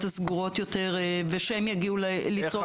הסגורות יותר ושהם יגיעו לצרוך את השירות.